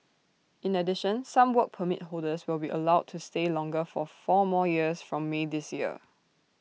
in addition some Work Permit holders will be allowed to stay longer for four more years from may this year